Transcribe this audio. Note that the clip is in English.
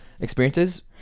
experiences